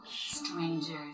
Strangers